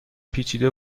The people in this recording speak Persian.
پیچیده